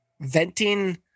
venting